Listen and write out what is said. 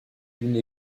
une